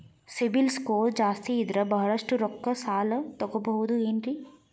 CIBIL score ಜಾಸ್ತಿ ಇದ್ರ ಬಹಳಷ್ಟು ರೊಕ್ಕ ಸಾಲ ತಗೋಬಹುದು ಏನ್ರಿ?